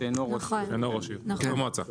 שאינו ראש עיר, כן בוודאי.